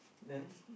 then